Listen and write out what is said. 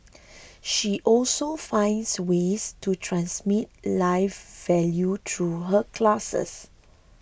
she also finds ways to transmit life value through her classes